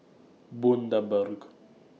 Bundaberg